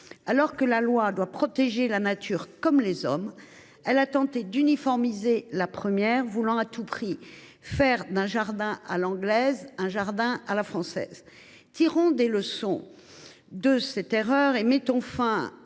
Alors que la loi doit protéger la nature comme les hommes, elle a tenté d’uniformiser la première, voulant à tout prix faire d’un jardin à l’anglaise un jardin à la française. Tirons des leçons de cette erreur, et mettons fin